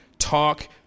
talk